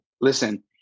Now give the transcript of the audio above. listen